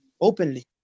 Openly